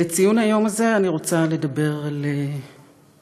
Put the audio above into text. לציון היום הזה אני רוצה לדבר על ספינות,